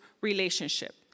relationship